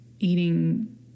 eating